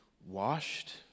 washed